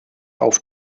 auf